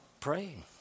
praying